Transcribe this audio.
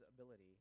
ability